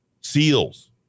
SEALs